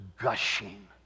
gushing